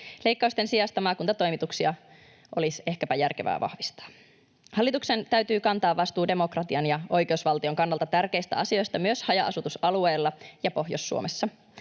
Leikkausten sijasta maakuntatoimituksia olisi ehkäpä järkevää vahvistaa. Hallituksen täytyy kantaa vastuu demokratian ja oikeusvaltion kannalta tärkeistä asioista myös haja-asutusalueilla ja Pohjois-Suomessa.